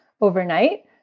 overnight